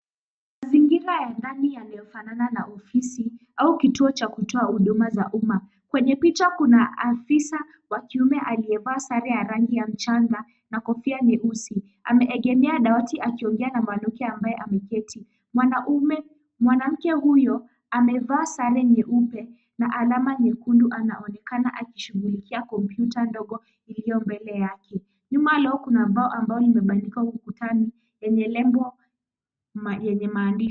Mazingira ya ndani yanayofanana na ofisi, au kituo cha kutoa huduma za umma. Kwenye picha kuna afisa wa kiume aliyevaa sare ya rangi ya mchanga, na kofia nyeusi. Ameegemea dawati akiongea mwanamke ambaye ameketi. Mwanamke huyo amevaa sare nyeupe, na alama nyekundu anaonekana akishughulikia kompyuta ndogo iliyo mbele yake. Nyuma lao kuna ambao nimebandikwa mkutano yenye lembo yenye maandishi.